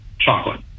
chocolate